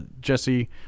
Jesse